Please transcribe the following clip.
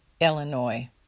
Illinois